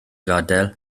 gadael